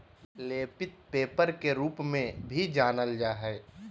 लेपित पेपर के रूप में भी जानल जा हइ